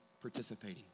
participating